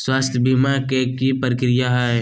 स्वास्थ बीमा के की प्रक्रिया है?